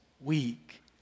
weak